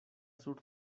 sur